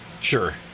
Sure